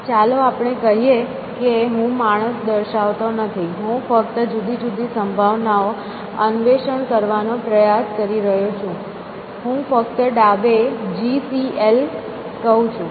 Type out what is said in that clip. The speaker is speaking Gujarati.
ચાલો આપણે કહીએ કે હું માણસ દર્શાવતો નથી હું ફક્ત જુદી જુદી સંભાવનાઓ અન્વેષણ કરવાનો પ્રયાસ કરી રહ્યો છું હું ફક્ત ડાબે G C L કહું છું